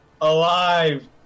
alive